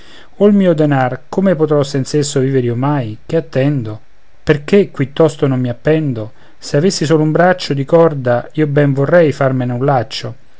oh il mio denar come potrò senz'esso vivere io mai che attendo perché perché qui tosto non mi appendo se avessi solo un braccio di corda io ben vorrei farmene un laccio